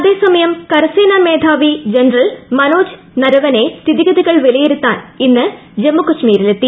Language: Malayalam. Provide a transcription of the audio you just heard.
അതേസമയം കരസേനാ മേധാവി ജനറൽ മനോജ് നരവാനെ സ്ഥിതിഗതികൾ വിലയിരുത്താൻ ഇന്ന് ജമ്മുകശ്മീരിലെത്തി